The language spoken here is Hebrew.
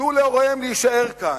תנו להוריהם להישאר כאן,